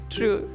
True